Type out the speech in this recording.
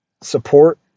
support